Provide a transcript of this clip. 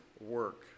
work